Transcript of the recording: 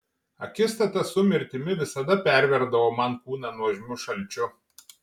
akistata su mirtimi visada perverdavo man kūną nuožmiu šalčiu